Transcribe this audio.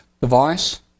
device